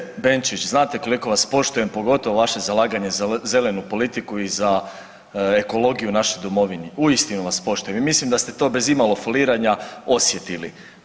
Kolegice Benčić, znate koliko vas poštujem, pogotovo vaše zalaganje za zelenu politiku i za ekologiju u našoj domovini, uistinu vas poštujem i mislim da ste to bez imalo foliranja osjetili.